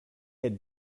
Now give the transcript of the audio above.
had